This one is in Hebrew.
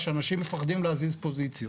שאנשים מפחדים להזיז פוזיציות.